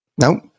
Nope